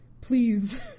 please